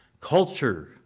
culture